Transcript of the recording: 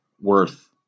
worth